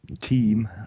team